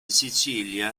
sicilia